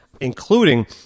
including